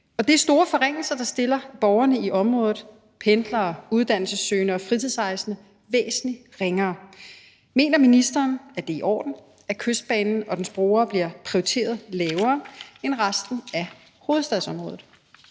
Det er store forringelser, der stiller borgerne i området, pendlere, uddannelsessøgende og fritidsrejsende, væsentlig ringere. Mener ministeren, at det er i orden, at Kystbanen og dens brugere bliver prioriteret lavere end resten af hovedstadsområdet?